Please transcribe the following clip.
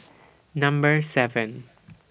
Number seven